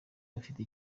bafite